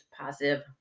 positive